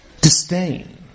disdain